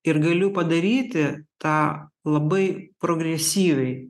ir galiu padaryti tą labai progresyviai